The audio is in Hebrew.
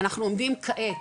אנחנו עומדים כעת,